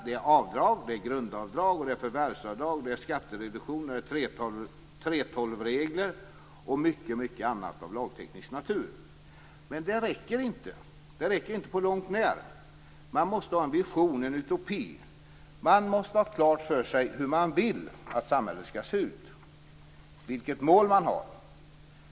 Det är avdrag, grundavdrag, förvärvsavdrag, skattereduktion, 3:12-regler och mycket, mycket annat av lagteknisk natur. Men det räcker inte på långt när. Man måste ha en vision, en utopi. Man måste ha klart för sig hur man vill att samhället skall se ut, vilket mål man har.